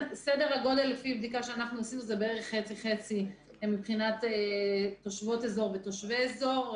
סדר הגודל הוא בערך חצי חצי מבחינת תושבי אזור ותושבות אזור,